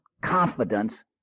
confidence